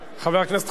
חבר הכנסת חנין,